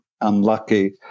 unlucky